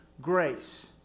grace